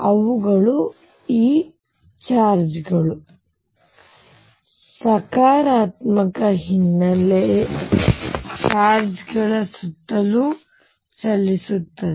ಅವು ಈ ಚಾರ್ಜ್ ಗಳು ಸಕಾರಾತ್ಮಕ ಹಿನ್ನೆಲೆ ಚಾರ್ಜ್ಗಳ ಸುತ್ತಲೂ ಚಲಿಸುತ್ತದೆ